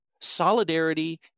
solidarity